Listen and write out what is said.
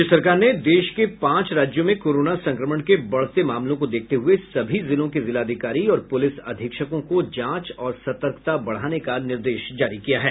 राज्य सरकार ने देश के पांच राज्यों में कोरोना संक्रमण के बढ़ते मामलों को देखते हुये सभी जिलों के जिलाधिकारी और पुलिस अधीक्षकों को जांच और सतर्कता बढ़ाने का निर्देश जारी किया है